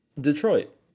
Detroit